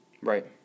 Right